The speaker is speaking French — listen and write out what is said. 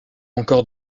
encore